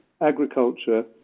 agriculture